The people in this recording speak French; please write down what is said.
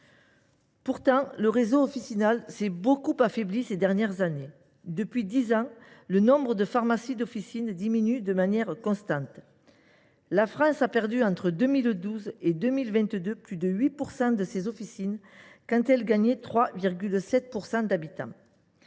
Pourtant, le réseau officinal s’est beaucoup affaibli ces dernières années. Depuis dix ans, le nombre de pharmacies d’officine diminue de manière constante : la France a perdu, entre 2012 et 2022, plus de 8 % de ses officines, alors qu’elle gagnait 3,7 % d’habitants.